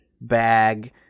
bag